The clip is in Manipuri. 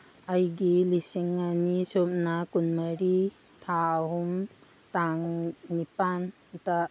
ꯑꯩꯒꯤ ꯂꯤꯁꯤꯡ ꯑꯅꯤ ꯁꯨꯞꯅ ꯀꯨꯟ ꯃꯔꯤ ꯊꯥ ꯑꯍꯨꯝ ꯇꯥꯡ ꯅꯤꯄꯥꯜꯗ